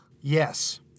Yes